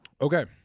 Okay